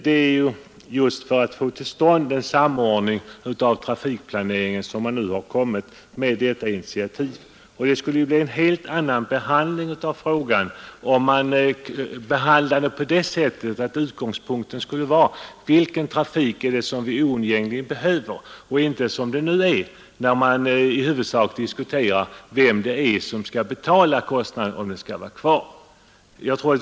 Det är ju just för att få till stånd en samordning av trafikplaneringen som man nu har tagit detta initiativ. Behandlingen av frågan skulle bli en helt annan, om man utgick från den trafik som vi oundgängligen behöver och inte som nu huvudsakligen diskuterar vem som skall betala kostnaden för denna trafik, om den skall bibehållas.